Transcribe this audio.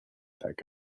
adeg